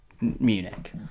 Munich